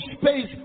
space